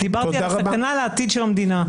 דיברתי על הסכנה לעתיד של המדינה.